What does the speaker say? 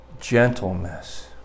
Gentleness